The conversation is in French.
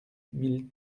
mille